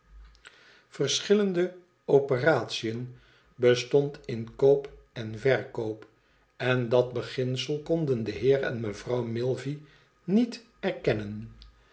vriend operatiën bestond in koop en verkoop en dat beginsel konden de heer en mevrouw milvey niet erkennen